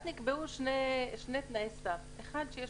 אז נקבעו שני תנאי סף כאשר האחד הוא שיש